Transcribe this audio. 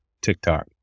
TikTok